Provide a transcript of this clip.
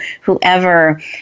whoever